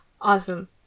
Awesome